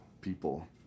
people